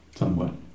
Somewhat